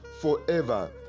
forever